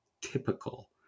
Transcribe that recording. typical